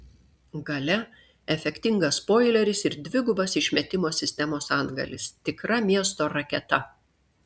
gale efektingas spoileris ir dvigubas išmetimo sistemos antgalis tikra miesto raketa